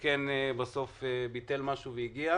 הנושא הוא ביטל משהו והגיע.